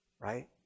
right